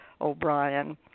O'Brien